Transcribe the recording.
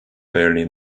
fairly